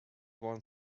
won